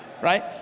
Right